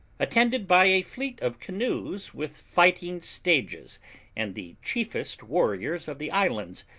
attended by a fleet of canoes with fighting-stages and the chiefest warriors of the islands,